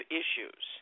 issues